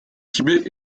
tibet